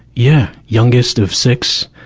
yeah. youngest of six.